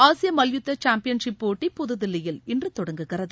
ஆசியமல்யுத்தசாம்பியன்ஷிப் போட்டி புது தில்லியில் இன்றுதொடங்குகிறது